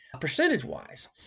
percentage-wise